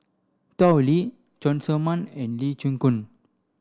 Tao Li Cheng Tsang Man and Lee Chin Koon